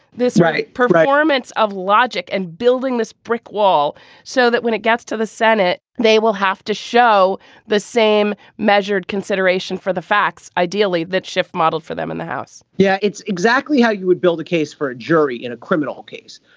this performance of logic and building this brick wall so that when it gets to the senate they will have to show the same measured consideration for the facts. ideally that shift modeled for them in the house yeah it's exactly how you would build a case for a jury in a criminal case.